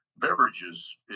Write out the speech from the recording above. beverages